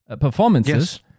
performances